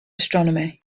astronomy